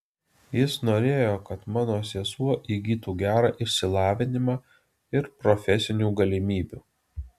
jis norėjo kad mano sesuo įgytų gerą išsilavinimą ir profesinių galimybių